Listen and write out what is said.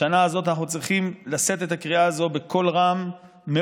בשנה הזאת אנחנו צריכים לשאת את הקריאה הזאת בקול רם מאוד,